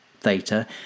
theta